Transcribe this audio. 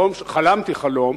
חלמתי חלום.